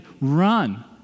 run